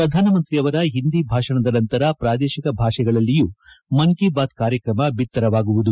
ಪ್ರಧಾನಮಂತ್ರಿ ಅವರ ಒಂದಿ ಭಾಷಣದ ನಂತರ ಪ್ರಾದೇಶಿಕ ಭಾಷೆಗಳಲ್ಲಿಯೂ ಮನ್ ಕಿ ಬಾತ್ ಕಾರ್ಯತ್ರಮ ಬಿತ್ತರವಾಗಲಿದೆ